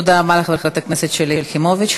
תודה רבה לחברת הכנסת שלי יחימוביץ.